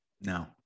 No